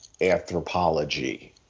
anthropology